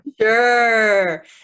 Sure